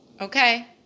Okay